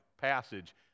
passage